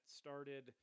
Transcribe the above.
started